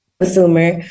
consumer